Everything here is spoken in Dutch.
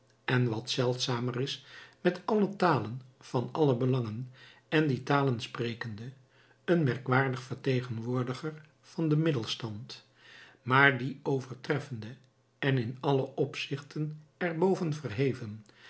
en wat zeldzamer is met alle talen van alle belangen en die talen sprekende een merkwaardig vertegenwoordiger van den middelstand maar dien overtreffende en in alle opzichten er boven verheven